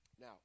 Now